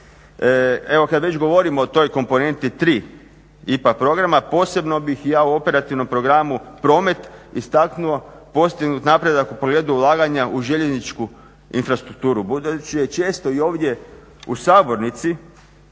Evo, kada već govorimo o toj komponenti III IPA programa, posebno bih ja u operativnom programu promet istaknuo postignuti napredak u pogledu ulaganja u željezničku infrastrukturu. Budući da je često i ovdje u sabornici,